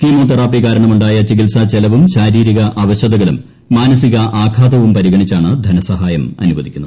chemotherapy കാരണമുണ്ടായ ചികിത്സാ ചെലവും ശാരീരിക അവശതകളും മാനസികാഘാതവും പരിഗണിച്ചാണ് ധനസഹായം അനുവദിക്കുന്നത്